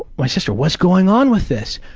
my sister, what's going on with this?